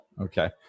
Okay